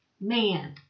Man